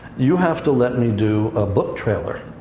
you have to let me do a book trailer.